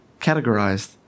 categorized